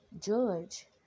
judge